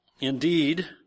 Indeed